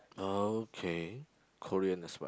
uh okay Korean as well